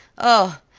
oh!